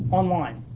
online,